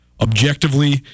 objectively